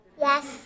Yes